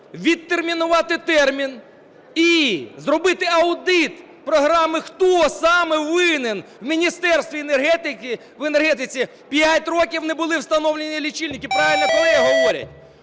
Відтермінувати термін і зробити аудит програми, хто саме винен в Міністерстві енергетики. П'ять років не були встановлені лічильники, правильно колеги говорять.